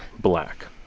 Black